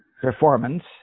performance